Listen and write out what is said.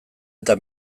eta